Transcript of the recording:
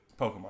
Pokemon